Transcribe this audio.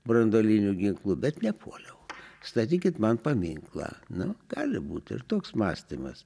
branduoliniu ginklu bet nepuoliau statykit man paminklą nu gali būt ir toks mąstymas